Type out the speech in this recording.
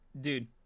dude